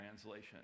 translation